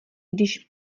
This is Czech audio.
když